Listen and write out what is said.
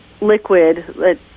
liquid